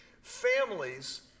families